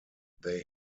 they